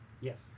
Yes